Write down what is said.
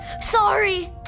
sorry